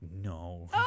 no